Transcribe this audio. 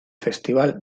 festival